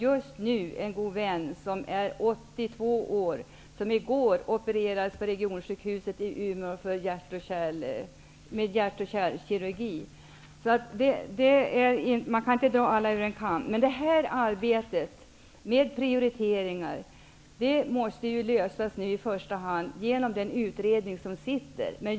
Jag har en god vän som är 82 år och i går opererades på Regionsjukhuset i Umeå med hjärt och kärlkirurgi. Man kan inte skära alla över en kam. Det är i första hand den tillsatta utredningen som skall lösa frågan om prioriteringar.